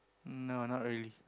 no not really